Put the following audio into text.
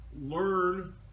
learn